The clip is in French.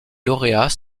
lauréats